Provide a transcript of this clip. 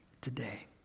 today